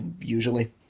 Usually